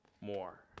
more